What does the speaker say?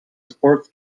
sports